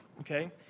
okay